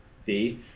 fee